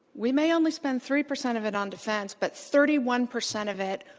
we may only spend three percent of it on defense, but thirty one percent of it,